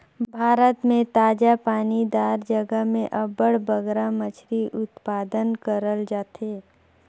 भारत में ताजा पानी दार जगहा में अब्बड़ बगरा मछरी उत्पादन करल जाथे